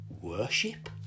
worship